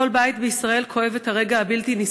כל בית בישראל כואב את הרגע הבלתי-נסבל,